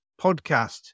podcast